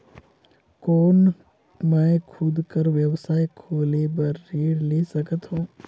कौन मैं खुद कर व्यवसाय खोले बर ऋण ले सकत हो?